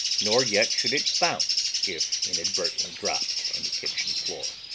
nor yet should it bounce if inadvertently dropped on the kitchen floor.